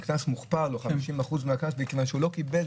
עם קנס מוכפל או 50% מהקנס מכיוון שהוא לא קיבל.